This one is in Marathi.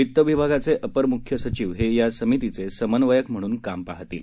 वित्त विभागाचे अपर मुख्य सचिव हे या समितीचे समन्वयक म्हणून काम पाहतील